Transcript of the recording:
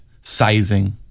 sizing